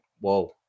whoa